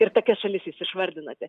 ir tokias šalis jūs išvardinote